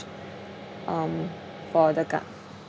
um for the government